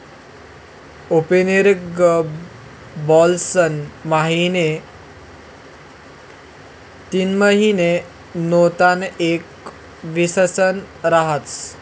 opening balance महिना तीनमहिना नैते एक वरीसना रहास